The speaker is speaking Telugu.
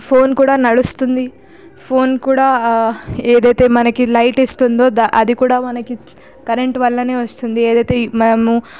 ఫోన్ కూడా నడుస్తుంది ఫోన్ కూడా ఏదైతే లైట్ ఇస్తుందో అది కూడా మనకి కరెంటు వల్లనే వస్తుంది ఏదైతే మనము